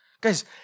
Guys